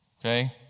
okay